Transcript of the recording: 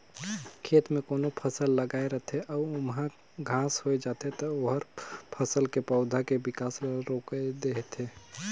खेत में कोनो फसल लगाए रथे अउ ओमहा घास होय जाथे त ओहर फसल के पउधा के बिकास ल रोयक देथे